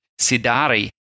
Sidari